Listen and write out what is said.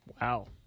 Wow